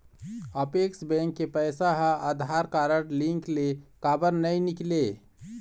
Apex bank के पैसा हा आधार कारड लिंक ले काबर नहीं निकले?